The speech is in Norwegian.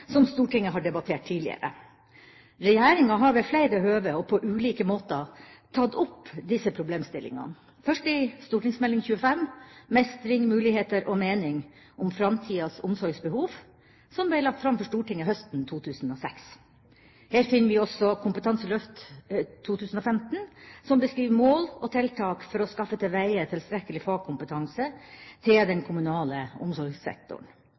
som Stortinget har debattert tidligere. Regjeringa har ved flere høve og på ulike måter tatt opp disse problemstillingene – først i St.meld. nr. 25 for 2005–2006, Mestring, muligheter og mening – om framtidas omsorgsbehov, som ble lagt fram for Stortinget høsten 2006. Her finner vi også Kompetanseløftet 2015, som beskriver mål og tiltak for å skaffe til veie tilstrekkelig fagkompetanse til den kommunale omsorgssektoren.